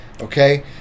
Okay